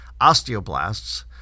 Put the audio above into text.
Osteoblasts